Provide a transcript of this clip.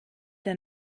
der